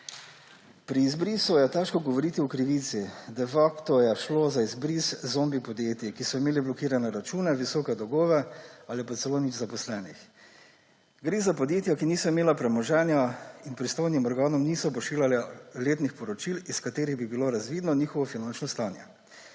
Pri izbrisu je težko govoriti o krivici. De facto je šlo za izbris zombi podjetij, ki so imela blokirane račune, visoke dolgove ali pa celo nič zaposlenih. Gre za podjetja, ki niso imela premoženja in pristojnim organom niso pošiljala letnih poročil, iz katerih bi bilo razvidno njihovo finančno stanje.